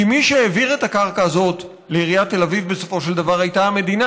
כי מי שהעביר את הקרקע הזאת לעיריית תל אביב בסופו של דבר היה המדינה,